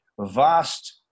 vast